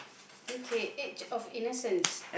okay age-of-innocence